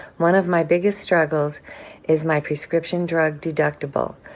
one of my biggest struggles is my prescription drug deductible,